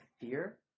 fear